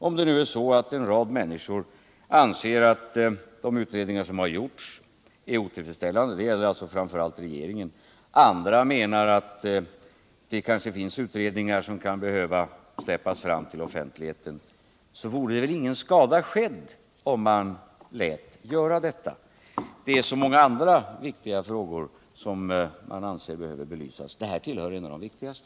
Om det nu är så att en rad människor anser att de utredningar som har gjorts är otillfredsställande — det gäller framför allt regeringen — och att andra menar att det kanske finns utredningar som kan behöva släppas fram till offentligheten, vore det väl ingen skada skedd om man lät göra detta. Det är så många andra viktiga frågor som man anser behöver belysas. Den här tillhör de viktigaste.